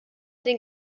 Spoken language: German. den